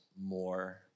more